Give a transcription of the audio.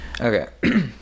okay